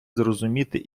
зрозуміти